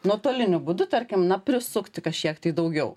nuotoliniu būdu tarkim na prisukti kašiek tai daugiau